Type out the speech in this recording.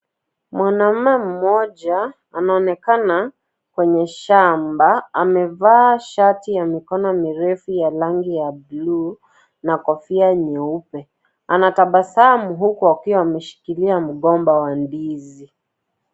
Mwanaume mmoja anaonekana kwenye shamba. Amevaa shati ya mikono mirefu ya rangi ya buluu na kofia nyeupe. Anatabasamu huku akiwa ameshikilia mgomba wa ndizi.